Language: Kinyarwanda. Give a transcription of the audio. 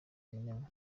mumena